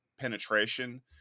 penetration